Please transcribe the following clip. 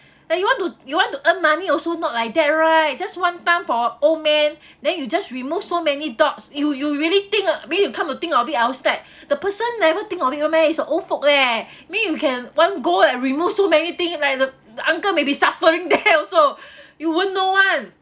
like you want to you want to earn money also not like that right just one time for a old man then you just remove so many dots you you really think I mean you come to think of it I was like the person never think of it 的 meh it's a old folk eh where you can one go and remove so many thing like the the uncle may be suffering there also you won't know [one]